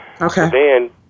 Okay